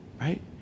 Right